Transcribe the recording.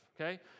okay